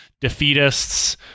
defeatists